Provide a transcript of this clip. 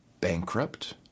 bankrupt